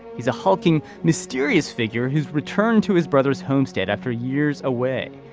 he's a hulking mysterious figure he's returned to his brother's homestead after years away.